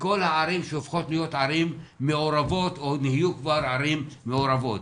וכל הערים שהופכות להיות ערים מעורבות או נהיו כבר ערים מעורבות.